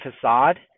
facade